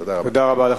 תודה רבה.